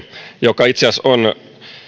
joka itse asiassa on